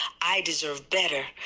i deserve better.